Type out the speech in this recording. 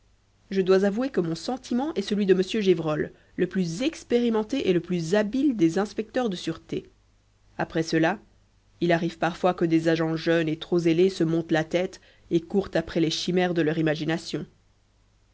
je dois avouer que mon sentiment est celui de m gévrol le plus expérimenté et le plus habile des inspecteurs de sûreté après cela il arrive parfois que des agents jeunes et trop zélés se montent la tête et courent après les chimères de leur imagination